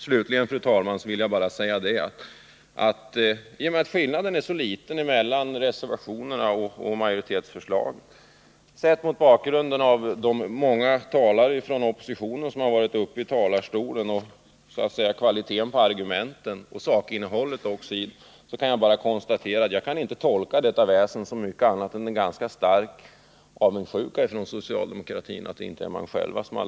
Slutligen, fru talman, vill jag säga följande: När jag betänker hur liten skillnad det är mellan reservationerna och majoritetsförslaget och ser till kvaliteten på argumenten hos de många talarna från oppositionen, så kan jag inte komma fram till annat än att detta myckna väsen måste bero på en stark avundsjuka från socialdemokratin för att man inte själv har lagt fram förslaget.